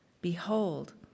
behold